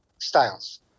styles